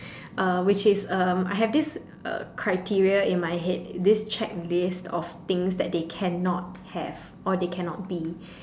uh which is uh I have this uh criteria in my head this checklist of things that they cannot have or they cannot be